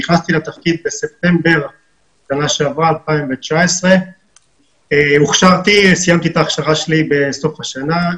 נכנסתי לתפקיד בספטמבר 2019. סיימתי את ההכשרה שלי בסוף השנה,